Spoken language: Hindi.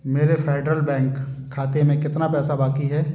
मेरे फेडरल बैंक खाते में कितना पैसा बाकी है